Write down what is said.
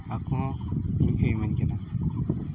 ᱟᱠᱚ ᱦᱚᱸ ᱤᱱᱠᱟᱹᱭ ᱢᱮᱱ ᱦᱚᱪᱚᱭᱫᱟ